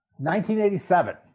1987